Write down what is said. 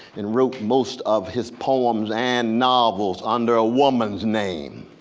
and wrote most of his poems and novels under a woman's name.